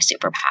superpower